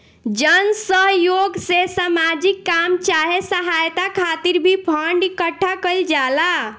जन सह योग से सामाजिक काम चाहे सहायता खातिर भी फंड इकट्ठा कईल जाला